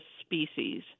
species